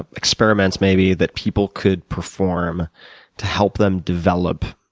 ah experiments maybe, that people could perform to help them develop